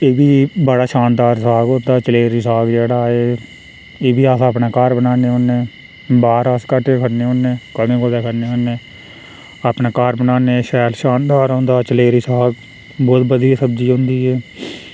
एह् बी बड़ा शानदार साग होंदा चलेरी दा साग जेह्ड़ा एह् बी अपनी घर बनाने होन्ने बाह्र अस घट्ट खन्ने होन्ने कदें कुदै खन्ने होन्ने अपने घर बनान्ने शैल शानदार होंदा चलेरे साग बोह्त बधिया साग सब्ज़ी होंदी एह्